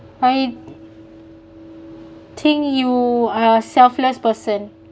I think you are selfless person